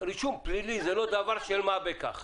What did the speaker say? רישום פלילי זה לא דבר של מה בכך.